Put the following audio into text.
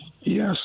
Yes